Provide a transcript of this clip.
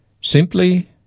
Simply